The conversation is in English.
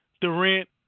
Durant